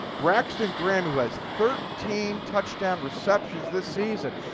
braxton graham, who has thirteen touchdown receptions this season.